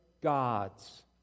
God's